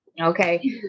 Okay